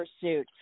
pursuit